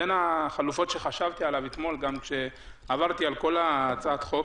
בין החלופות שחשבתי עליהן אתמול גם כשעברתי על כל הצעת החוק,